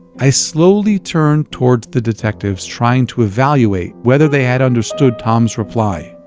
i slowly turned towards the detectives trying to evaluate whether they had understood tom's reply.